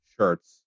shirts